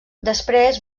després